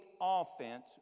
offense